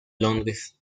londres